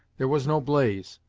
there was no blaze,